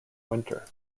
winter